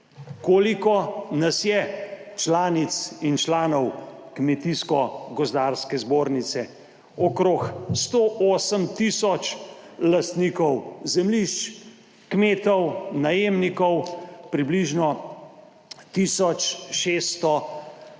Koliko nas je, članic in članov Kmetijsko gozdarske zbornice? Okrog 108 tisoč lastnikov zemljišč, kmetov, najemnikov, približno tisoč